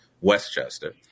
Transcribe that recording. Westchester